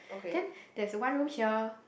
then there's a one room here